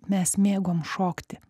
mes mėgom šokti